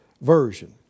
version